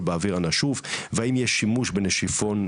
באוויר הנשוף והאם יש שימוש בנשיפון,